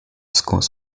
scores